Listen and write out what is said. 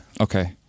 Okay